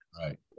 Right